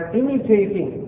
imitating